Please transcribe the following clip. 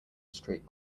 street